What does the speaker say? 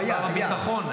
השר לביטחון,